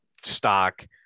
stock